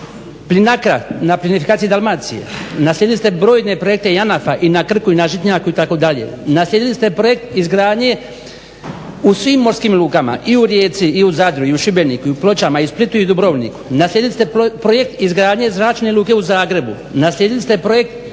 PLINACRO-a na plinifikaciji Dalmacije, naslijedili ste brojne projekte JANAF-a i na Krku i na Žitnjaku itd., naslijedili ste projekt izgradnje u svim morskim lukama: i u Rijeci i u Zadru i u Šibeniku i u Pločama i u Splitu i u Dubrovniku, naslijedili ste projekt izgradnje Zračne luke u Zagrebu, naslijedili ste projekt izgradnje